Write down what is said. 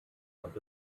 und